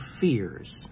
fears